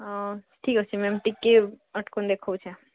ଠିକ୍ ଅଛେ ମ୍ୟାମ୍ ଟିକେ ଦେଖଉଛେ